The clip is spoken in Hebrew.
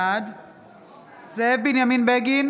בעד זאב בנימין בגין,